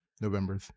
November